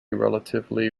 relatively